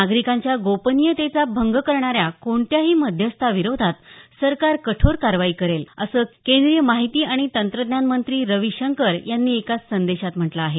नागरिकांच्या गोपनीयतेचा भंग करणाऱ्या कोणत्याही मध्यस्थाविरोधात सरकार कठोर कारवाई करेल असं केंद्रीय माहिती आणि तंत्रज्ञानमंत्री रवी शंकर यांनी एका संदेशात म्हटलं आहे